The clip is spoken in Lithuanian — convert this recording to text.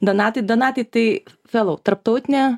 donatai donatai tai fellow tarptautinę